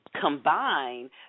combine